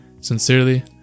Sincerely